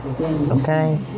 okay